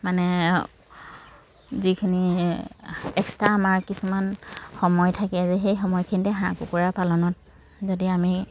মানে যিখিনি এক্সট্ৰা আমাৰ কিছুমান সময় থাকে যে সেই সময়খিনিতে হাঁহ কুকুৰা পালনত যদি আমি